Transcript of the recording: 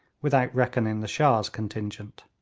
without reckoning the shah's contingent.